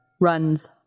runs